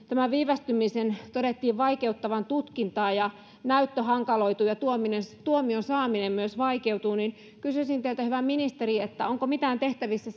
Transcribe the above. tämän viivästymisen todettiin vaikeuttavan tutkintaa näyttö hankaloituu ja myös tuomion saaminen vaikeutuu kysyisin teiltä hyvä ministeri onko mitään tehtävissä